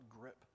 grip